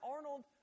Arnold